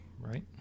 right